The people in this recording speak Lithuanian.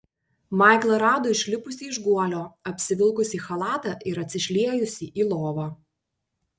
maiklą rado išlipusį iš guolio apsivilkusį chalatą ir atsišliejusį į lovą